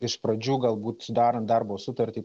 iš pradžių galbūt sudarant darbo sutartį